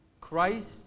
Christ